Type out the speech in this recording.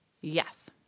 yes